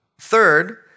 Third